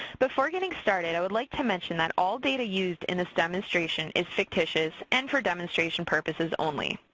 before getting started, i would like to mention that all data used in this demonstration is fictitious and for demonstration purposes only.